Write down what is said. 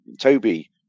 Toby